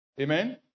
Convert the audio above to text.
Amen